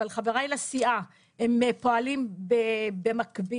אבל חבריי לסיעה פועלים במקביל